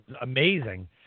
amazing